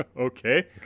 Okay